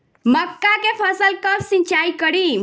मका के फ़सल कब सिंचाई करी?